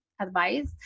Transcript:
advice